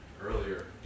earlier